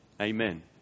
Amen